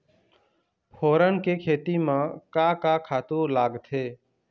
फोरन के खेती म का का खातू लागथे?